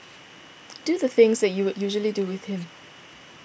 do the things that you would usually do with him